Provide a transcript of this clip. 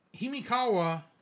Himikawa